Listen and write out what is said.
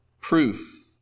proof